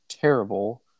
Terrible